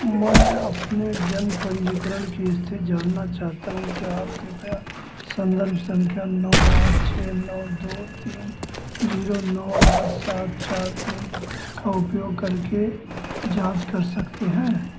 मैं अपने जन्म पंजीकरण की स्थिति जानना चाहता हूँ क्या आप कृपया संदर्भ संख्या नौ आठ छः नौ दो तीन जीरो नौ आठ सात चार तीन का उपयोग करके जाँच कर सकते हैं